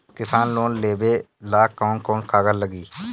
किसान लोन लेबे ला कौन कौन कागज लागि?